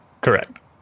Correct